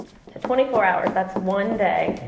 so twenty four hours, that's one day,